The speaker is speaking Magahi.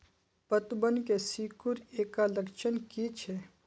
पतबन के सिकुड़ ऐ का लक्षण कीछै?